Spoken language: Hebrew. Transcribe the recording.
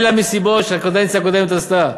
אלה המסיבות שהקדנציה הקודמת עשתה,